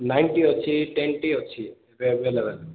ninety ଅଛି twenty ଅଛି available